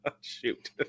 Shoot